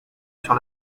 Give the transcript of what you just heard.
sur